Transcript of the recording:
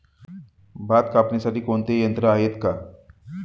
भात कापणीसाठी कोणते यंत्र आहेत का?